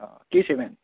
অঁ কি চিমেণ্ট